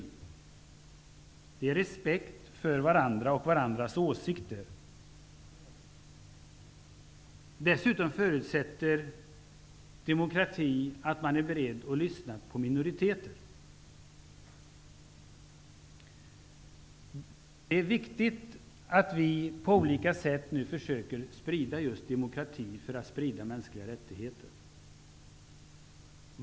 Demokrati är respekt för varandra och varandras åsikter. Dessutom förutsätter demokrati att man är beredd att lyssna på minoriteter. Det är viktigt att vi på olika sätt nu försöker sprida just demokrati för att sprida mänskliga rättigheter.